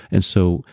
and so,